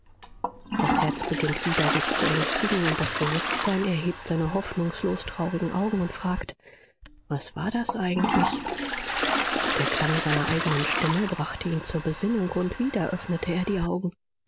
das herz beginnt wieder sich zu ängstigen und das bewußtsein erhebt seine hoffnungslos traurigen augen und fragt was war das eigentlich der klang seiner eigenen stimme brachte ihn zur besinnung und wieder öffnete er die augen